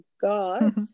God